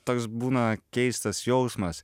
toks būna keistas jausmas